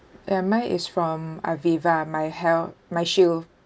ya mine is from aviva my heal~ my shield